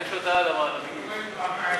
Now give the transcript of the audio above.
בבקשה.